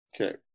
Okay